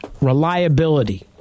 reliability